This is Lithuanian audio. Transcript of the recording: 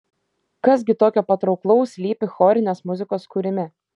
kas gi tokio patrauklaus slypi chorinės muzikos kūrime